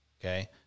okay